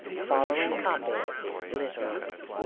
following copy literally